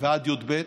ועד י"ב.